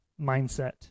mindset